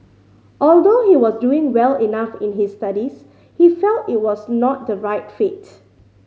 although he was doing well enough in his studies he felt it was not the right fit